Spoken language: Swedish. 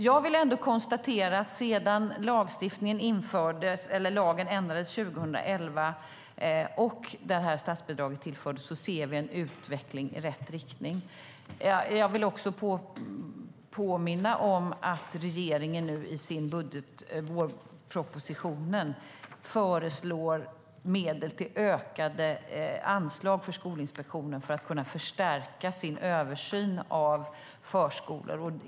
Jag vill ändå konstatera att sedan lagen ändrades 2011 och det här statsbidraget tillfördes ser vi en utveckling i rätt riktning. Jag vill också påminna om att regeringen nu i vårpropositionen föreslår medel till ökade anslag till Skolinspektionen för att de ska kunna förstärka sin översyn av förskolor.